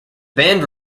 band